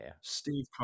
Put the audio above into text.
steve